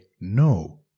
no